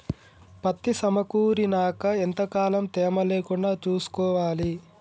పత్తి సమకూరినాక ఎంత కాలం తేమ లేకుండా చూసుకోవాలి?